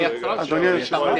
אדוני היושב-ראש.